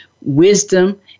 wisdom